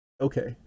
Okay